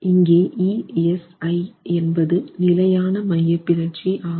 இங்கே e si என்பது நிலையான மையப்பிறழ்ச்சி ஆகும்